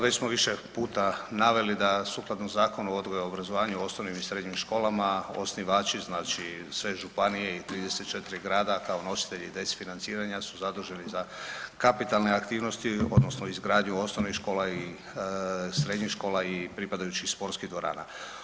Već smo više puta naveli da sukladno Zakonu o odgoju i obrazovanju u osnovnim i srednjim školama osnivači, znači sve županije i 34 grada kao nositelji … [[Govornik se ne razumije]] financiranja su zaduženi za kapitalne aktivnosti odnosno izgradnju osnovnih škola i srednjih škola i pripadajućih sportskih dvorana.